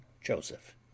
JOSEPH